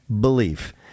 belief